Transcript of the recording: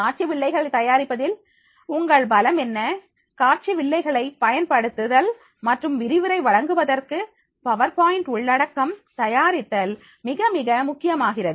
காட்சி வில்லைகளை தயாரிப்பதில் உங்கள் பலம் என்ன காட்சி வில்லைகளை பயன்படுத்துதல் மற்றும் விரிவுரை வழங்குவதற்கு பவர்பாயின்ட் உள்ளடக்கம் தயாரித்தல் மிக மிக முக்கியமாகிறது